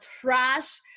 trash